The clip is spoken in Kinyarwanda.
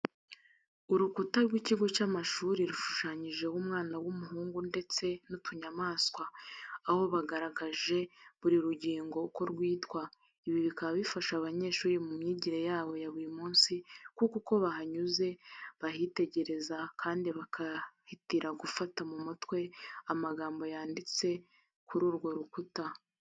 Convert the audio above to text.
Urukuta rw'ikigo cy'amashuri rushushanyijeho umwana w'umuhungu ndetse n'utunyamaswa, aho bagaragaje buri rugingo uko rwitwa. Ibi bikaba bifasha abanyeshuri mu myigire yabo ya buri munsi kuko uko bahanyuze bahitegereza kandi bakihatira gufata mu mutwe amagambo yanditse kuri urwo rukuta.